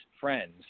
friends